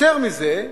יותר מזה,